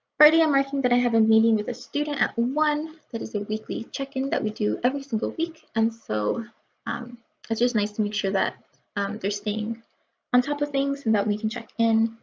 friday i'm marking that i have a meeting with a student at one. that is a weekly check-in that we do every single week and so it's just nice to make sure that they're staying on top of things and that we can check in.